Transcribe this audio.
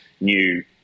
new